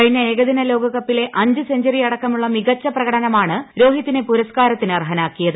കഴിഞ്ഞ ഏകദിന ലോകകപ്പിലെ അഞ്ച് സെഞ്ചുറി അടക്കമുള്ള മികച്ച പ്രകടനമാണ് രോഹിതിനെ പുരസ്കാരത്തിന് അർഹനാക്കിയത്